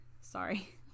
Sorry